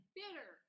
bitter